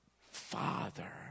Father